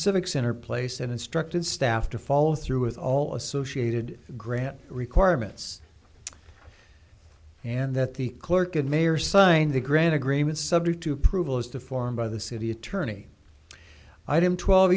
civic center place and instructed staff to follow through with all associated grant requirements and that the clerk and mayor signed the grant agreement subject to approval as to form by the city attorney item twelve